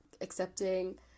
accepting